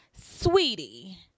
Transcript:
sweetie